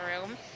room